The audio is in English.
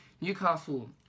Newcastle